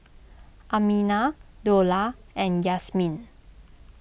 Aminah Dollah and Yasmin